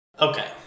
Okay